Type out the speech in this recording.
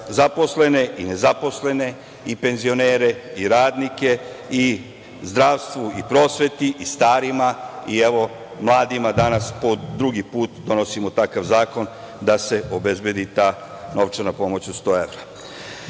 zaposlene, i nezaposlene, i penzionere, i radnike i u zdravstvu i prosveti, i starima i evo mladima danas po drugi put donosimo takav zakon da se obezbedi ta novčana pomoć od 100 evra. To